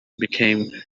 became